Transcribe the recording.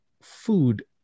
food